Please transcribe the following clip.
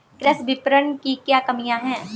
कृषि विपणन की क्या कमियाँ हैं?